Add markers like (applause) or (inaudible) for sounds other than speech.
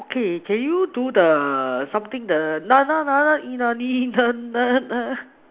okay can you do the something the (noise)